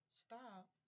stop